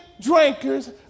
drinkers